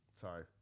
sorry